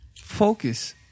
focus